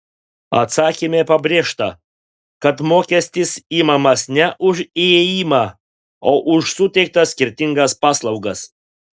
atsakyme pabrėžta kad mokestis imamas ne už įėjimą o už suteiktas skirtingas paslaugas